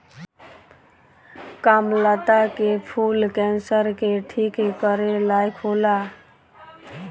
कामलता के फूल कैंसर के ठीक करे लायक होला